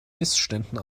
missständen